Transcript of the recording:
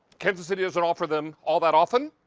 kansas city doesn't offer them all that often,